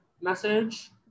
message